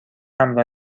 همراه